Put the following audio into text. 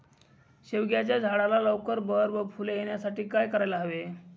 शेवग्याच्या झाडाला लवकर बहर व फूले येण्यासाठी काय करायला हवे?